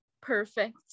perfect